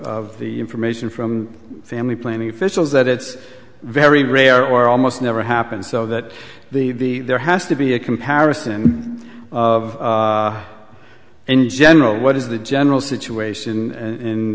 the information from family planning fishel is that it's very rare or almost never happened so that the there has to be a comparison of in general what is the general situation in